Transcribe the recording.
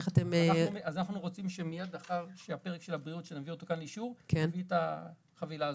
אנחנו רוצים מיד לאחר פרק הבריאות שנביא כאן לאישור את החבילה הזאת.